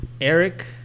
Eric